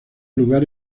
lugar